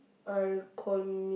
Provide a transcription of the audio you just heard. iconic